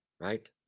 Right